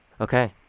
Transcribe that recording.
Okay